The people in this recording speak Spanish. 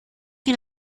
que